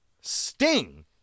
Sting